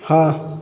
हाँ